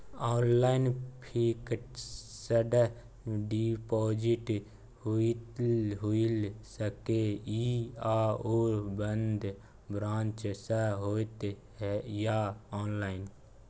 Online fixed deposit खुईल सके इ आ ओ बन्द ब्रांच स होतै या ऑनलाइन?